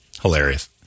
Hilarious